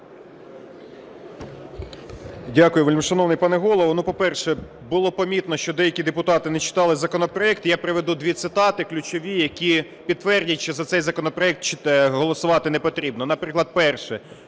Дякую, вельмишановний пане Голово. По-перше, було помітно, що деякі депутати не читали законопроект. І я приведу дві цитати ключові, які підтвердять, що за цей законопроект голосувати не потрібно. Наприклад, перше,